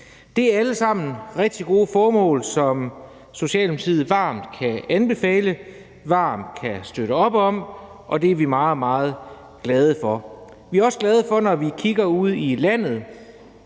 Det er alle sammen rigtig gode formål, som Socialdemokratiet varmt kan anbefale og varmt kan støtte op om, og det er vi meget, meget glade for. Vi er også glade for, når vi kigger ud i landet,